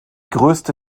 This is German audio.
größte